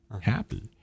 happy